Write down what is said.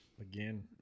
again